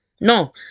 no